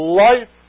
life